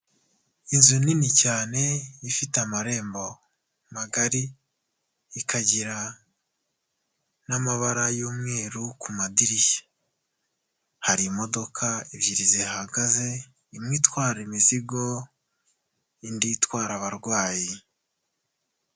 Inzu nini cyane ifite amarembo magari, ikagira n'amabara y'umweru ku madirishya, hari imodoka ebyiri zihahagaze, imwe itwara imizigo indi itwara abarwayi.